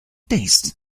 taste